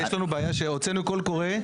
יש לנו בעיה שהוצאנו קול קורא.